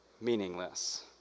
meaningless